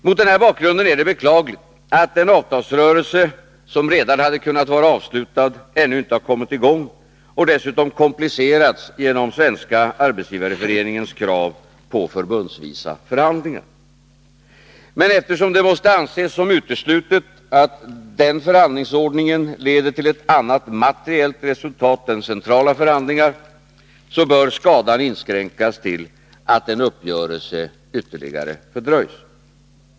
Mot den här bakgrunden är det beklagligt att den avtalsrörelse som redan hade kunnat vara ävslutad ännu inte kommit i gång och dessutom komplicerats genom Svenska arbetsgivareföreningens krav på förbundsvisa förhandlingar. Men eftersom det måste anses uteslutet att denna förhand lingsordning leder till ett annat materiellt resultat än centrala förhandlingar gör, bör skadan inskränkas till att en uppgörelse ytterligare fördröjs.